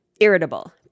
irritable